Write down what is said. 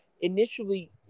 initially